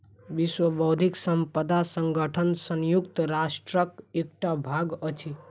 विश्व बौद्धिक संपदा संगठन संयुक्त राष्ट्रक एकटा भाग अछि